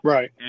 Right